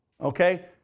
Okay